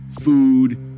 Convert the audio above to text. food